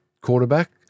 quarterback